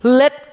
let